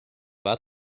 war